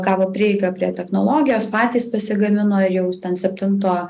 gavo prieigą prie technologijos patys pasigamino ir jau ten septinto